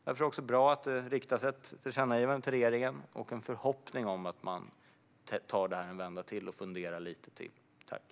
Därför är det bra att det riktas ett tillkännagivande till regeringen och en förhoppning om att man tar detta en vända till och funderar lite till.